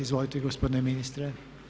Izvolite gospodine ministre.